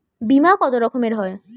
বিমা কত রকমের হয়?